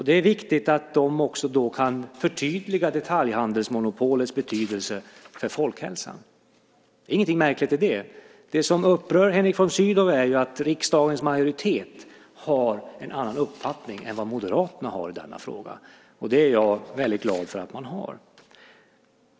Det är viktigt att de då också kan förtydliga detaljhandelsmonopolets betydelse för folkhälsan. Det är inget märkligt i det. Det som upprör Henrik von Sydow är ju att riksdagens majoritet har en annan uppfattning än vad Moderaterna har i denna fråga. Det är jag väldigt glad för att man har.